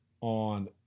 on